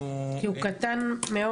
כי הוא קטן מאוד.